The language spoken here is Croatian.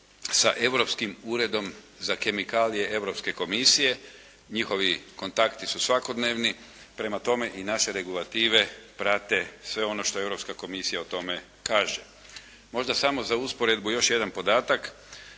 sa europskim Uredom za kemikalije Europske komisije. Njihovi kontakti su svakodnevni, prema tome i naše regulative prate sve ono što Europska komisija o tome kaže. Možda samo za usporedbu još jedan podatak.